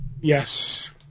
Yes